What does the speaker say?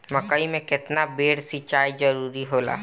मकई मे केतना बेर सीचाई जरूरी होला?